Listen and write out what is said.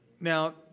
Now